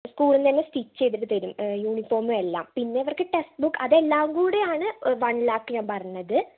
സ്ക്കൂളിൽ തന്നെ സ്റ്റിച്ച് ചെയ്തിട്ട് തരും യൂണിഫോം എല്ലാം പിന്നെ ഇവർക്ക് ടെക്സ്റ്റ് ബുക്ക് അതെല്ലാം കൂടെ ആണ് വൺ ലാക്ക് ഞാൻ പറഞ്ഞത്